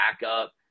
backup